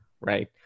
right